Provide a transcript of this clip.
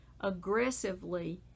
aggressively